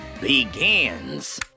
begins